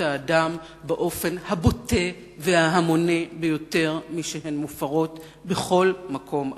האדם באופן הבוטה וההמוני ביותר משהן מופרות בכל מקום אחר.